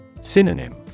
Synonym